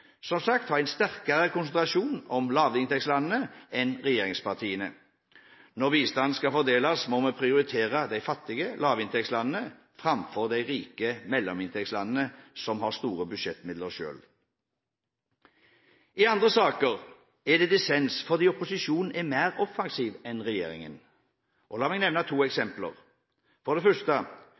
som sagt – ha en sterkere konsentrasjon om lavinntektslandene enn regjeringspartiene. Når bistanden skal fordeles, må vi prioritere de fattige lavinntektslandene framfor de rike mellominntektslandene som har store budsjettmidler selv. I andre saker er det dissens fordi opposisjonen er mer offensiv enn regjeringen. La meg nevne to eksempler: For det første